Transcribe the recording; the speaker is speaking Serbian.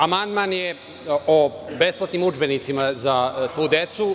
Amandman je o besplatnim udžbenicima za svu decu.